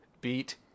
beat